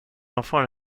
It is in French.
enfants